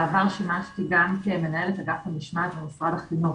גם כמנהלת אגף המשמעת במשרד החינוך.